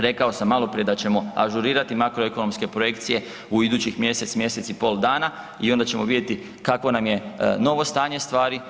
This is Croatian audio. Rekao sam maloprije da ćemo ažurirati makroekonomske projekcije u idućih mjesec, mjesec i pol dana i onda ćemo vidjeti kakvo nam je novo stanje stvari.